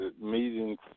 meetings